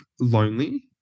lonely